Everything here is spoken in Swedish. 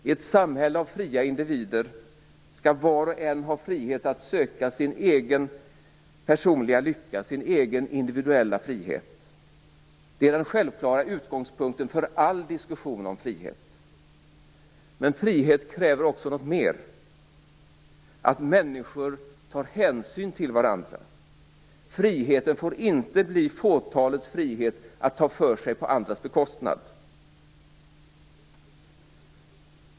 I ett samhälle av fria individer skall var och en ha frihet att söka sin egen personliga lycka, sin egen individuella frihet. Det är den självklara utgångspunkten för all diskussion om frihet. Men frihet kräver också något mer, att människor tar hänsyn till varandra. Friheten får inte bli fåtalets frihet att ta för sig på andras bekostnad.